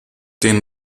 den